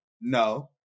No